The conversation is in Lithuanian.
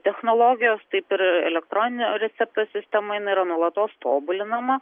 technologijos taip ir elektroninio recepto sistema jinai yra nuolatos tobulinama